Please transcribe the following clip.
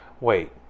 Wait